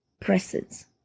presence